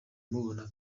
mubona